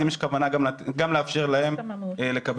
אז האם יש כוונה לאפשר גם להם לקבל הרשימה?